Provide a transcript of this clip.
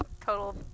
total